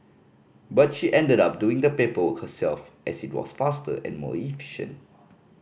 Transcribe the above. but she ended up doing the paperwork herself as it was faster and more efficient